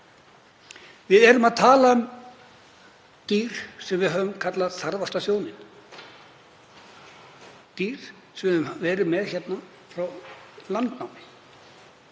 Við erum að tala dýr sem við höfum kallað þarfasta þjóninn, dýr sem við höfum verið með frá landnámi